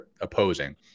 opposing